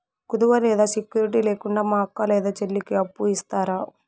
కుదువ లేదా సెక్యూరిటి లేకుండా మా అక్క లేదా చెల్లికి అప్పు ఇస్తారా?